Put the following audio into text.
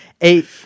eight